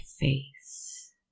face